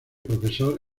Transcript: profesor